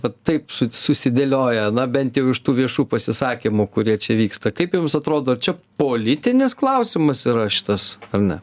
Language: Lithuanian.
vat taip su susidėlioja na bent jau iš tų viešų pasisakymų kurie čia vyksta kaip jums atrodo čia politinis klausimas yra šitas ar ne